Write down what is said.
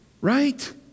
Right